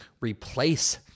replace